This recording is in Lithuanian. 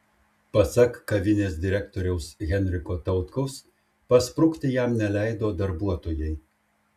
pasak kavinės direktoriaus henriko tautkaus pasprukti jam neleido darbuotojai